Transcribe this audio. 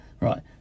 right